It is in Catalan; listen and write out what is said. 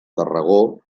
tarragó